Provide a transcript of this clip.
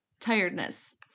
tiredness